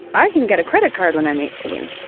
i can get a credit card when i'm eighteen.